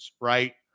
right